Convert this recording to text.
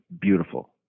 beautiful